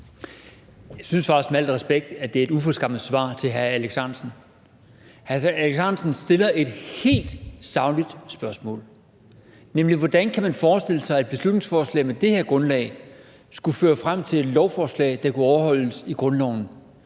Jeg synes faktisk med al respekt, at det var et uforskammet svar til hr. Alex Ahrendtsen. Hr. Alex Ahrendtsen stillede et helt sagligt spørgsmål, nemlig hvordan man kan forestille sig, at et beslutningsforslag, der hviler på det her grundlag, skulle føre frem til et lovforslag, der kan overholde grundloven,